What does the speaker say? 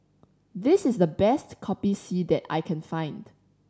this is the best Kopi C that I can find